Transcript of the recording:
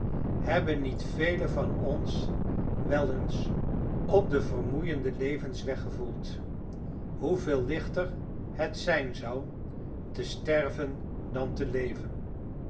hebben niet velen van ons wel eens op den vermoeienden levensweg gevoeld hoeveel lichter het zijn zou te sterven dan te leven